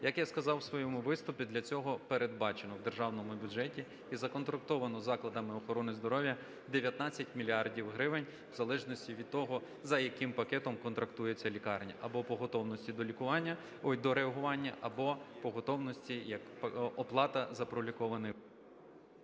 Як я сказав у своєму виступі, для цього передбачено у державному бюджеті і законтрактовано закладами охорони здоров'я 19 мільярдів гривень у залежності від того, за яким пакетом контрактується лікарня: або по готовності до реагування, або по готовності оплата за пролікованих…